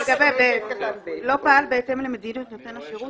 ב-(ב): לא פעל בהתאם למדיניות נותן השירות